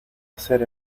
hacer